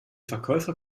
verkäufer